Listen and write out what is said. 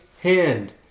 hand